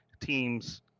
teams